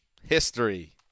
History